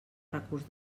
recurs